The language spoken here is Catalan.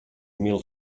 mil